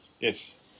Yes